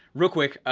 real quick,